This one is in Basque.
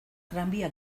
tranbia